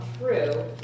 true